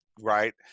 right